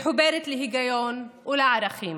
מחוברת להיגיון ולערכים.